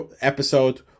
episode